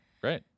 Great